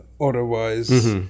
otherwise